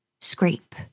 Scrape